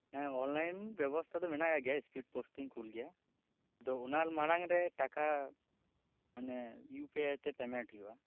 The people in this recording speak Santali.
ᱦᱮᱸ ᱚᱱᱞᱟᱭᱤᱱ ᱵᱮᱵᱚᱥᱛᱟ ᱫᱚ ᱢᱮᱱᱟᱜ ᱜᱮᱭᱟ ᱥᱯᱤᱰ ᱯᱳᱥᱴ ᱛᱮᱧ ᱠᱩᱞ ᱜᱮᱭᱟ ᱟᱫᱚ ᱚᱱᱟ ᱢᱟᱲᱟᱝ ᱨᱮ ᱴᱟᱠᱟ ᱢᱟᱱᱮ ᱤᱭᱩ ᱯᱤ ᱟᱭ ᱛᱮ ᱯᱮᱢᱮᱱᱴ ᱦᱩᱭᱩᱜᱼᱟ